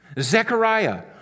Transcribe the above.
Zechariah